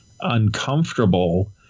uncomfortable